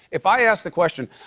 if i asked the question,